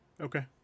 Okay